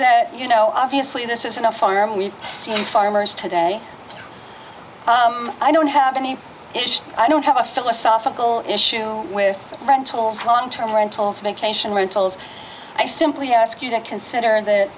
that you know obviously this isn't a farm we've seen farmers today i don't have any i don't have a philosophical issue with rentals long term rentals vacation rentals i simply ask you to consider th